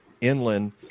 inland